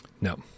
No